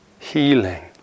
healing